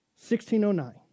1609